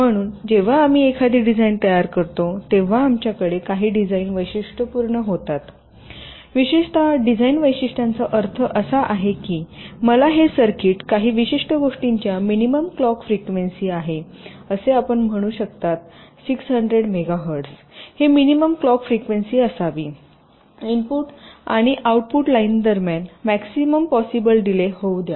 म्हणून जेव्हा आम्ही एखादे डिझाइन तयार करतो तेव्हा आमच्याकडे काही डिझाइन वैशिष्ट्ये पूर्ण होतात विशेषत डिझाइन वैशिष्ट्यांचा अर्थ असा आहे की मला हे सर्किट काही विशिष्ट गोष्टींच्या मिनिमम क्लॉक फ्रिक्वेन्सी आहे असे आपण म्हणू शकता 600 मेगाहर्ट्ज हे मिनिमम क्लॉक फ्रिक्वेन्सी असावी इनपुट आणि आउटपुट लाइन दरम्यान मॅक्सिमम पोसिबल डीले होऊ द्या